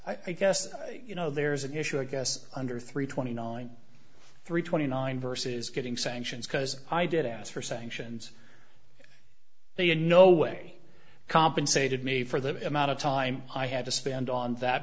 i guess you know there's an issue i guess under three twenty nine three twenty nine versus getting sanctions because i did ask for sanctions they in no way compensated me for the amount of time i had to spend on that